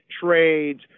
trades